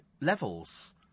levels